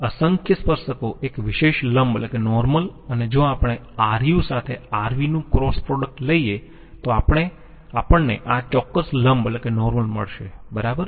અસંખ્ય સ્પર્શકો એક વિશેષ લંબ અને જો આપણે Ru સાથે Rv નું ક્રોસ પ્રોડક્ટ લઈયે તો આપણને આ ચોક્કસ લંબ મળશે બરાબર